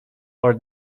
for